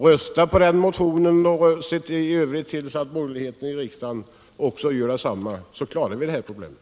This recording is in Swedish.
Rösta på den motionen och se till att den övriga borgerligheten i riksdagen också gör detsamma, så klarar vi det här problemet.